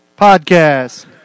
Podcast